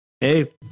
hey